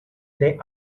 they